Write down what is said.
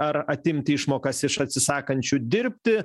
ar atimti išmokas iš atsisakančių dirbti